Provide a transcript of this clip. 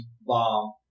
bomb